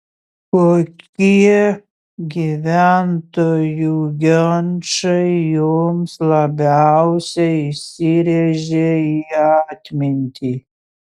kokie gyventojų ginčai jums labiausiai įsirėžė į atmintį